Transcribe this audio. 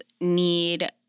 need